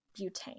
butane